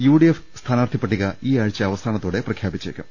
കോൺഗ്രസ് സ്ഥാനാർഥി പട്ടിക ഈ ആഴ്ച അവസാന ത്തോടെ പ്രഖ്യാപിച്ചേക്കും